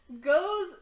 goes